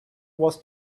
was